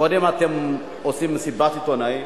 קודם אתם עושים מסיבת עיתונאים,